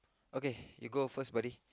okay you go first buddy